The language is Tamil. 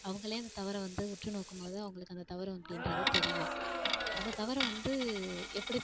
அவங்களே அந்த தவறை வந்து உற்று நோக்கும் போது அவங்களுக்கு அந்த தவறும் அப்படின்றது தெரியும் அந்த தவறை வந்து எப்படி